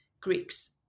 Greeks